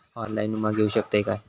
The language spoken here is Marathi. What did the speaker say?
ऑनलाइन विमा घेऊ शकतय का?